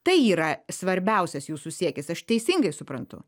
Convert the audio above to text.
tai yra svarbiausias jūsų siekis aš teisingai suprantu